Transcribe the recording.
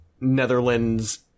Netherlands